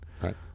Right